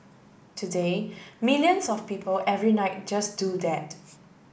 today millions of people every night just do that